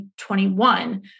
2021